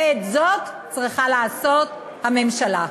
ואת זה צריכה לעשות הממשלה.